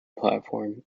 platform